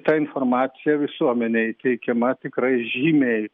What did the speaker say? ta informacija visuomenei teikiama tikrai žymiai